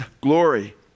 Glory